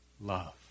love